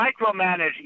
micromanage